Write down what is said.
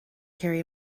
carry